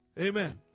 Amen